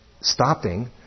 stopping